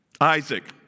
Isaac